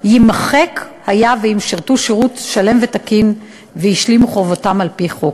יימחק אם הם שירתו שירות צבאי תקין והשלימו את חובתם על-פי חוק.